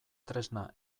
tresna